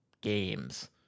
games